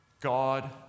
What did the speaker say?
God